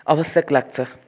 आवश्यक लाग्छ